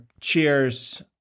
cheers